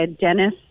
Dennis